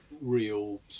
real